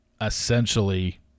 essentially